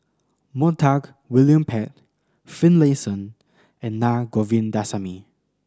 Montague William Pett Finlayson and Na Govindasamy